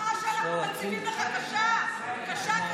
המראה שאנחנו מציבים לך קשה, קשה.